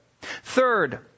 Third